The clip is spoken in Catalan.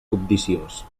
cobdiciós